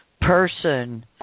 person